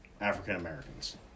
african-americans